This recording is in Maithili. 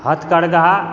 हस्तकरघा